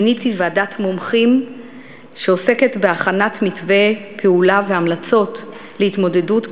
מיניתי ועדת מומחים שעוסקת בהכנת מתווה פעולה והמלצות להתמודדות,